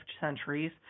centuries